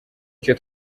icyo